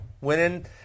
winning